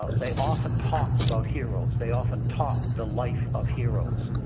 ah they often talked about heroes, they often taught the life of heroes,